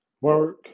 work